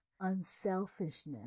unselfishness